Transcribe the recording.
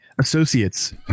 associates